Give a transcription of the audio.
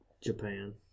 Japan